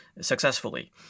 successfully